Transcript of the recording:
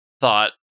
thought